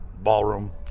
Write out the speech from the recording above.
ballroom